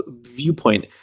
viewpoint